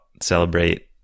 celebrate